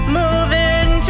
moving